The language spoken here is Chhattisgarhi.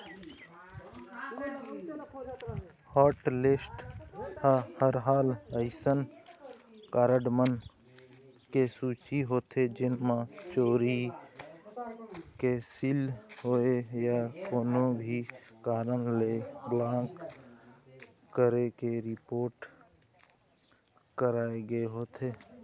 हॉटलिस्ट ह दरअसल अइसन कारड मन के सूची होथे जेन म चोरी, कैंसिल होए या कोनो भी कारन ले ब्लॉक करे के रिपोट कराए गे होथे